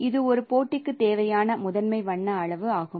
இது ஒரு போட்டிக்கு தேவையான முதன்மை வண்ண அளவு ஆகும்